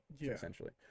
essentially